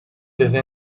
desde